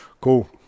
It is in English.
cool